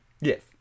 Yes